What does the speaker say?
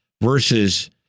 versus